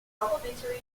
complementary